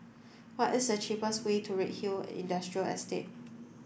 what is the cheapest way to Redhill Industrial Estate